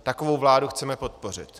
Takovou vládu chceme podpořit.